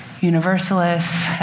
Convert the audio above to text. Universalists